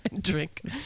drink